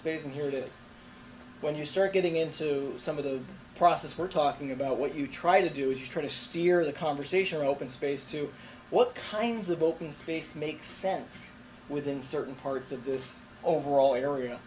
space and here it is when you start getting into some of the process we're talking about what you try to do is try to steer the conversation open space to what kinds of open space makes sense within certain parts of this overall area